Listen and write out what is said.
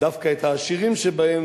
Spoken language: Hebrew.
דווקא את העשירים שבהם,